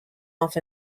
off